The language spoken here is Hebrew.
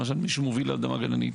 למשל מישהו מוביל אדמה גננית,